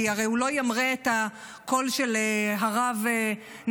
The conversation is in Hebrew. כי הרי הוא לא ימרה את הקול של הרב נתניהו,